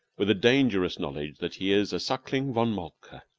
with a dangerous knowledge that he is a suckling von moltke,